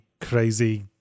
crazy